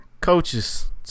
coaches